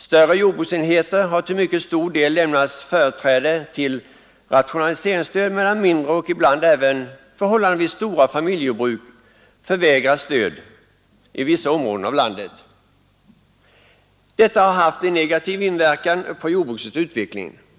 Större jordbruksenheter har till mycket stor del lämnats företräde till rationaliseringsstöd, medan mindre och ibland även förhållandevis stora familjejordbruk förvägrats stöd i vissa områden av landet. Detta har haft en negativ inverkan på jordbrukets utveckling.